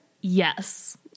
Yes